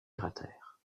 cratères